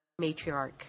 matriarch